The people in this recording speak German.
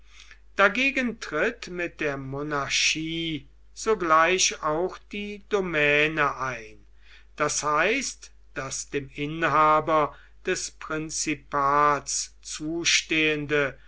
dagegen tritt mit der monarchie sogleich auch die domäne ein das heißt das dem inhaber des prinzipats zustehende